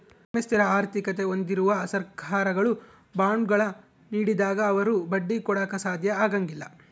ಕಡಿಮೆ ಸ್ಥಿರ ಆರ್ಥಿಕತೆ ಹೊಂದಿರುವ ಸರ್ಕಾರಗಳು ಬಾಂಡ್ಗಳ ನೀಡಿದಾಗ ಅವರು ಬಡ್ಡಿ ಕೊಡಾಕ ಸಾಧ್ಯ ಆಗಂಗಿಲ್ಲ